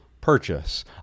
purchase